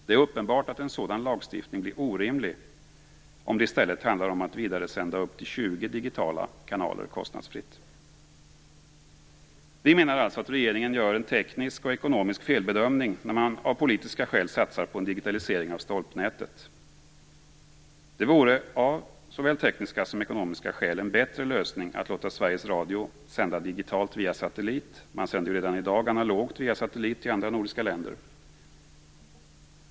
Det är uppenbart att en sådan lagstiftning blir orimlig om det i stället handlar om att vidaresända upp till 20 digitala kanaler kostnadsfritt. Vi menar alltså att regeringen gör en teknisk och ekonomisk felbedömning när man av politiska skäl satsar på en digitalisering av stolpnätet. Det vore av såväl tekniska som ekonomiska skäl en bättre lösning att låta Sveriges Radio sända digitalt via satellit - man sänder ju redan i dag analogt via satellit till andra nordiska länder.